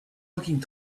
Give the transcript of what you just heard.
looking